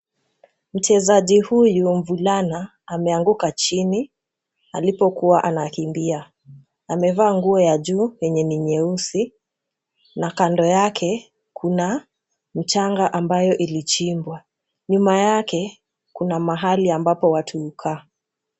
Mchezaji huyu mvulana ameanguka chini alipokuwa anakimbia. Amevaa nguo ya juu yenye ni nyeusi na kando yake kuna mchanga ambayo ilichimbwa. Nyuma yake kuna mahali ambapo watu hukaa.